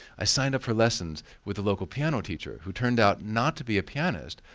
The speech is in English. i signed up for lessons with a local piano teacher who turned out not to be a pianist,